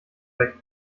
weg